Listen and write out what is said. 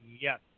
Yes